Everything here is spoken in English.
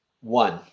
One